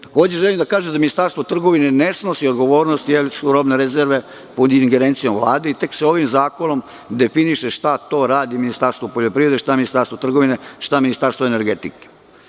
Takođe, želim da kažem da Ministarstvo trgovine ne snosi odgovornost jer su robne rezerve pod ingerencijom Vlade i tek se ovim zakonom definiše šta to radi Ministarstvo poljoprivrede, šta Ministarstvo trgovine, šta Ministarstvo energetike.